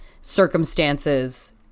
circumstances